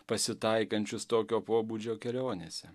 pasitaikančius tokio pobūdžio kelionėse